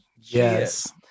yes